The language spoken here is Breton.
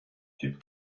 tud